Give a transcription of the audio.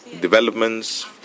developments